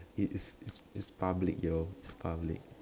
if it's it's farm leg yo it's farm leg